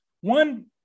one